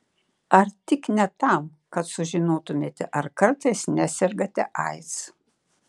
ar tik ne tam kad sužinotumėte ar kartais nesergate aids